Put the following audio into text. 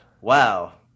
wow